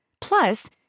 plus